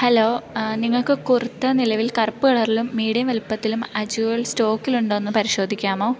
hello നിങ്ങൾക്ക് കുർത്ത നിലവിൽ കറുപ്പ് കളറിലും മീഡിയം വലുപ്പത്തിലും അജിയോൽ സ്റ്റോക്കിലുണ്ടോ എന്ന് പരിശോധിക്കാമോ